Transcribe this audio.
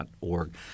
org